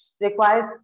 requires